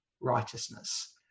righteousness